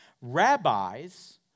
rabbis